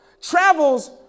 travels